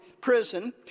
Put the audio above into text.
prison